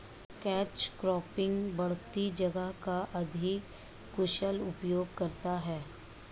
catch cropping बढ़ती जगह का अधिक कुशल उपयोग करता है